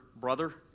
brother